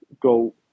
go